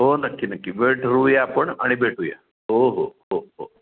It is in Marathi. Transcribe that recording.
हो नक्की नक्की वेळ ठरवूया आपण आणि भेटूया हो हो हो हो